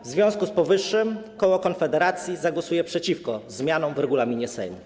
W związku z powyższym koło Konfederacji zagłosuje przeciwko zmianom w regulaminie Sejmu.